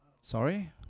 Sorry